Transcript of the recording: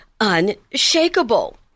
unshakable